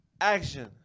Action